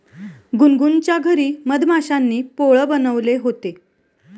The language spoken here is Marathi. गुनगुनच्या घरी मधमाश्यांनी पोळं बनवले होते